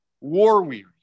war-weary